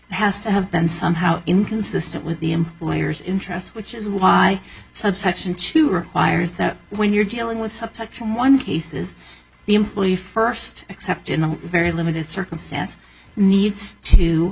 has to have been somehow inconsistent with the employer's interests which is why subsection chew requires that when you're dealing with subsection one cases the employee first except in a very limited circumstance needs to